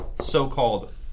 so-called